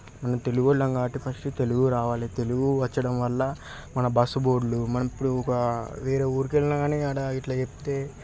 మనం తెలుగు వాళ్ళం కాబట్టి ఫస్ట్ తెలుగు రావాలి తెలుగు వచ్చడం వల్ల మన బస్సు బోర్డ్లు మనం ఇప్పుడు ఒక వేరే ఊరికి వెళ్ళిన కానీ ఆడ ఇట్లా చెప్తే